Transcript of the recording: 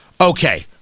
Okay